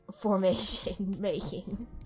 formation-making